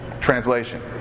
Translation